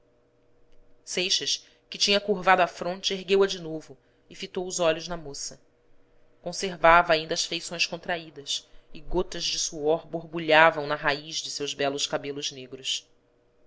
seixas que tinha curvado a fronte ergueu-a de novo e fitou os olhos na moça conservava ainda as feições contraí das e gotas de suor borbulhavam na raiz de seus belos cabelos negros